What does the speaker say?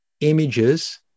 images